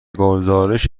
گزارش